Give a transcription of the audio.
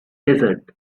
desert